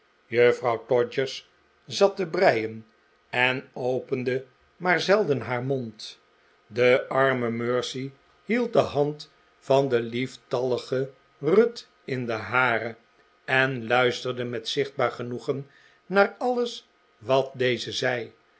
juffrouw todgers zat te ma arte n chuzzlewit wm breien en opende maar zelden haar mond de arme mercy hield de hand van de lieftallige ruth in de hare en luisterde met zichtbaar genoegen naar alles wat deze zei